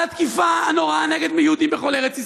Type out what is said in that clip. על התקיפה הנוראה נגד יהודים בכל ארץ ישראל,